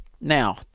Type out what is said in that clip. Now